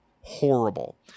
Horrible